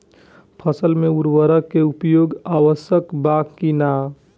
फसल में उर्वरक के उपयोग आवश्यक बा कि न?